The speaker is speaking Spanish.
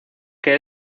que